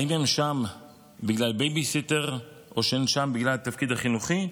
האם הן שם בגלל שהן בייביסיטר או שהן שם בגלל התפקיד החינוכי?